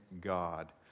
God